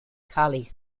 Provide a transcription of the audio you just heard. kali